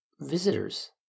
visitors